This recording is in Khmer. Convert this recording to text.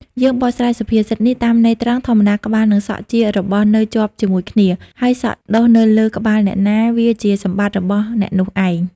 យើងបកស្រាយសុភាសិតនេះតាមន័យត្រង់ ធម្មតាក្បាល និងសក់ ជារបស់នៅជាប់ជាមួយគ្នា ហើយសក់ដុះនៅលើក្បាលអ្នកណា វាជាសម្បត្តិរបស់អ្នកនោះឯង ។